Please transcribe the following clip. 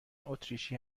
اتریشی